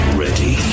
ready